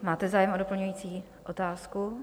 Máte zájem o doplňující otázku?